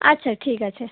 আচ্ছা ঠিক আছে